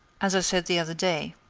as i said the other day.